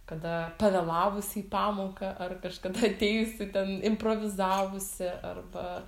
kada pavėlavusi į pamoką ar kažkada atėjusi ten improvizavusi arba